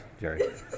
jerry